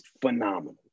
phenomenal